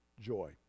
joy